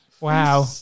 Wow